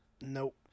Nope